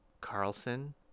Carlson